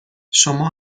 شما